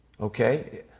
Okay